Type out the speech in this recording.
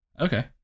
Okay